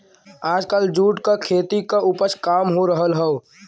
आजकल जूट क खेती क उपज काम हो रहल हौ